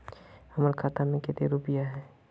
हमर खाता में केते रुपया है?